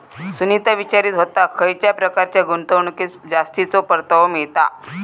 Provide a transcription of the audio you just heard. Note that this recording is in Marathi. सुनीता विचारीत होता, खयच्या प्रकारच्या गुंतवणुकीत जास्तीचो परतावा मिळता?